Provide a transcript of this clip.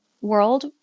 world